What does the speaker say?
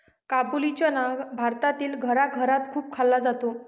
काबुली चना भारतातील घराघरात खूप खाल्ला जातो